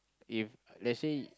if let's say